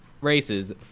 races